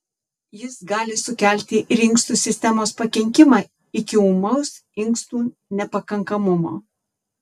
jis gali sukelti ir inkstų sistemos pakenkimą iki ūmaus inkstų nepakankamumo